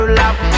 love